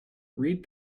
read